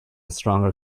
stronger